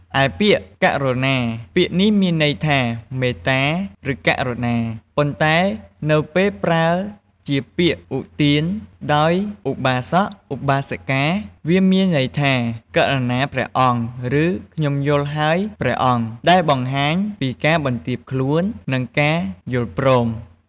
ឯពាក្យករុណាពាក្យនេះមានន័យថា "មេត្តា" ឬ "ករុណា" ប៉ុន្តែនៅពេលប្រើជាពាក្យឧទានដោយឧបាសក ឧបាសិកា វាមានន័យថា "ករុណាព្រះអង្គ" ឬ "ខ្ញុំយល់ហើយព្រះអង្គ" ដែលបង្ហាញពីការបន្ទាបខ្លួន និងការយល់ព្រម។